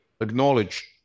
acknowledge